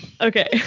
Okay